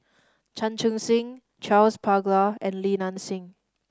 Chan Chun Sing Charles Paglar and Li Nanxing